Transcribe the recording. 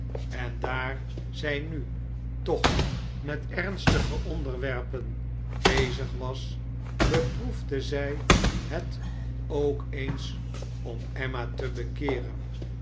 en daar zij nu toch met ernstige onderwerpen bezig was beproefde zij het k eens dm emma te bekeeren